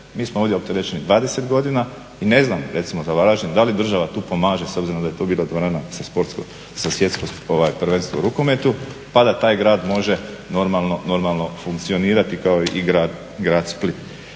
Mi smo ovdje opterećeni 20 godina i ne znam recimo za Varaždin da li država tu pomaže s obzirom da je to bila dvorana sa svjetskog prvenstva u rukometu pa da taj grad može normalno funkcionirati kao i grad Split.